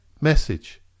message